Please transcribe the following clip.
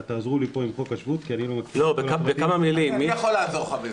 תעזרו לי פה עם חוק השבות --- אני יכול לעזור לך בזה.